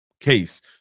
case